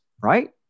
right